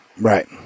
Right